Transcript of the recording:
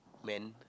man